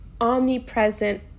omnipresent